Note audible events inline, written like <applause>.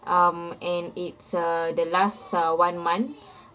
um and it's uh the last uh one month <breath>